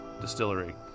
distillery